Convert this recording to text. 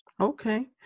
Okay